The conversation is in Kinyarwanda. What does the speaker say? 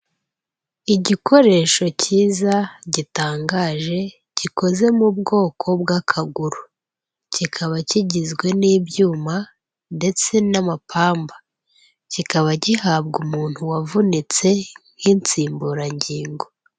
Igikoresho cyiza gitangaje gikoze mu bwoko bw'akaguru. Kikaba kigizwe n'ibyuma ndetse n'amapamba, kikaba gihabwa umuntu wavunitse nk'insimburangingo.